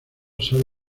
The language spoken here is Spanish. sale